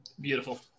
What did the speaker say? Beautiful